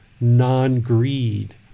non-greed